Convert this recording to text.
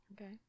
Okay